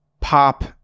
pop